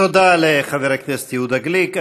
תודה לחבר הכנסת יהודה גליק.